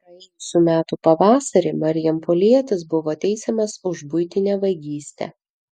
praėjusių metų pavasarį marijampolietis buvo teisiamas už buitinę vagystę